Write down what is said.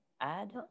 add